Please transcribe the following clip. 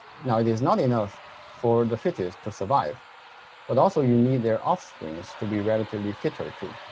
now it is not enough for the fittest to survive but also you need their offsprings to be relatively fitter too.